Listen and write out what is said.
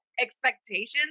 expectations